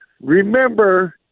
remember